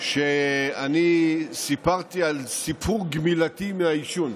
שאני סיפרתי על סיפור גמילתי מהעישון.